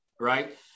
right